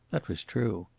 that was true.